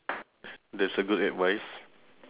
that's a good advice